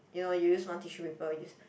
you know you use one tissue paper use